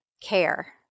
care